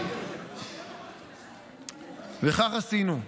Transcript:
כך עשינו.